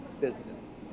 business